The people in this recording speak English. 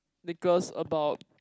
Nicholas about